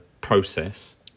process